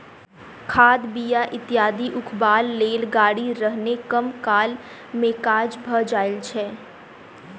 खाद, बीया इत्यादि उघबाक लेल गाड़ी रहने कम काल मे काज भ जाइत छै